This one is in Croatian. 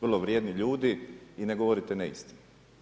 Vrlo vrijedni ljudi i ne govorite neistinu.